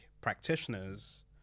practitioners